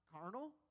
carnal